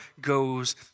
goes